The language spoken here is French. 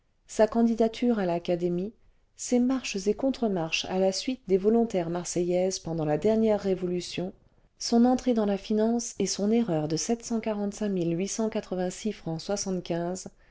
sa candidature à l'académie ses marches et contre-marches à la suite des volontaires marseillaises pendant la dernière révolution son entrée clans la finance et son erreur de